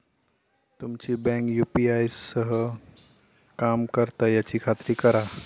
तुमची bank UPI सह काम करता याची खात्री करा